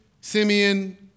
Simeon